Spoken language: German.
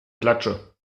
klatsche